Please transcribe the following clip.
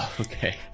Okay